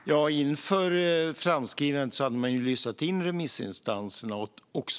Fru talman! Inför framskrivandet hade man lyssnat in remissinstanserna och